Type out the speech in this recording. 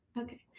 Okay